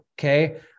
Okay